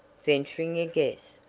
venturing a guess.